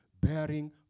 bearing